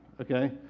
okay